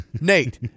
Nate